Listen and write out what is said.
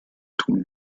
tun